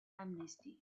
amnesty